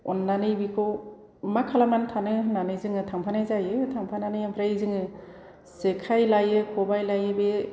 अननानै बेखौ मा खालामनानै थानो होननानै जोङो थांफानाय जायो थांफानानै ओमफ्राय जोंङो जेखाय लायो ख'बाय लायो बे